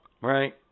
right